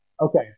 okay